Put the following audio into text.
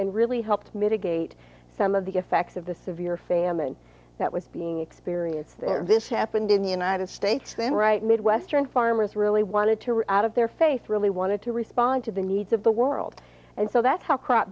and really helped mitigate some of the effects of the severe famine that was being experienced this happened in the united states and right midwestern farmers really wanted to out of their faith really wanted to respond to the needs of the world and so that's how crop